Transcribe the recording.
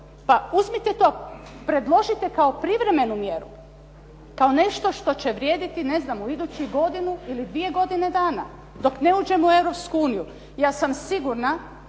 pa uzmite to, predložite kao privremenu mjeru, kao nešto što će vrijediti, ne znam, u iduću godinu ili dvije godine dana dok ne uđemo u Europsku uniju.